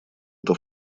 эта